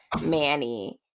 manny